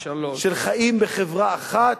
של חיים בחברה אחת,